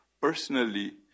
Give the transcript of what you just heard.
personally